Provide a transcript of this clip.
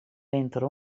winter